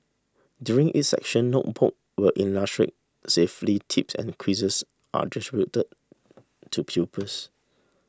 during each session notebook with illustrated safely tips and quizzes are distributed to pupils